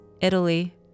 Italy